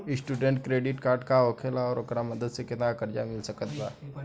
Student credit card का होखेला और ओकरा मदद से केतना कर्जा मिल सकत बा?